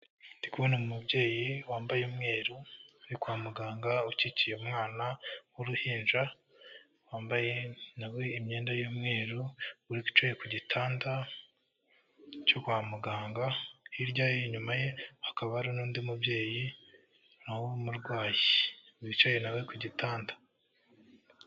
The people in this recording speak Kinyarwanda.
Ndi kubona umubyeyi wambaye umweru uri kwa muganga ukikiye umwana w'uruhinja, wambaye imyenda y'umweru wicaye ku gitanda cyo kwa muganga, hirya ye inyuma ye hakaba hari n'undi mubyeyi nawe w'umurwayi wicaye nawe ku gitanda.